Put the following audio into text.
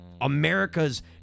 America's